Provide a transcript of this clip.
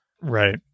right